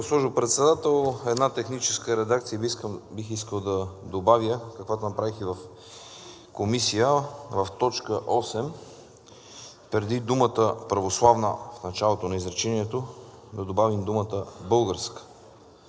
Председател. Една техническа редакция бих искал да добавя, каквато направих и в Комисията – в т. 8 преди думата „православна“ в началото на изречението да добавим думата „Българска“.